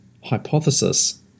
hypothesis